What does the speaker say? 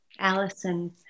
Allison